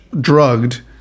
drugged